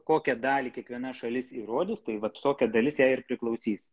kokią dalį kiekviena šalis įrodys tai vat tokia dalis jai ir priklausys